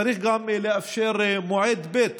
צריך גם לאפשר מועד ב'